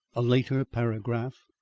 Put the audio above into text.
a later paragraph.